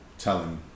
telling